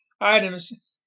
items